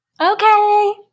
Okay